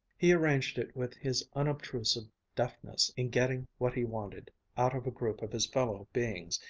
he arranged it with his unobtrusive deftness in getting what he wanted out of a group of his fellow-beings,